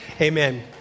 Amen